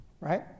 right